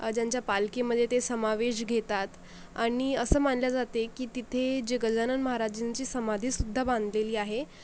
ज्यांच्या पालखीमध्ये ते समावेश घेतात आणि असं मानले जाते की तिथे जे गजानन महाराज ज्यांची समाधीसुद्धा बांधलेली आहे